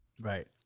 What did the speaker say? Right